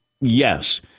Yes